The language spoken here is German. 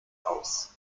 aus